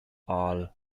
aale